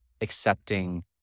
accepting